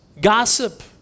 gossip